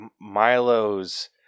Milo's